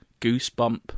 Goosebump